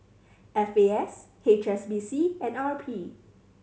F A S H S B C and R P